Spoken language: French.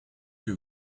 que